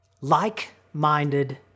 like-minded